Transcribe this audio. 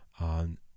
on